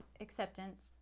acceptance